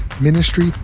ministry